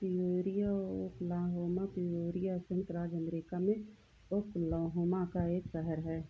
Peoria Oklahoma Peoria संयुक्त राज्य America में ओकलाहोमा का एक शहर है